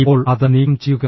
ഇപ്പോൾ അത് നീക്കം ചെയ്യുക